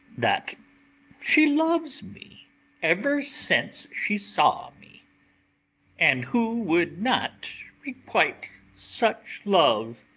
that she loves me ever since she saw me and who would not requite such love?